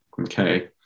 Okay